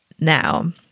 now